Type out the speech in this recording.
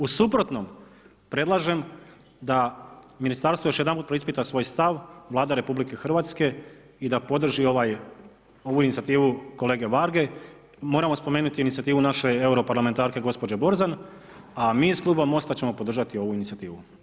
U suprotnom predlažem da ministarstvo još jedanput preispita svoj stav, Vlada Republike Hrvatske i da podrži ovu inicijativu kolege Varge, moramo spomenuti inicijativu naše euro parlamentarke gospođe Borzan, a mi iz Kluba Mosta ćemo podržati ovu inicijativu.